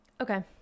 okay